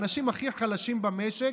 האנשים הכי חלשים במשק,